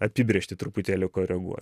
apibrėžtį truputėlį koreguoti